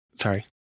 sorry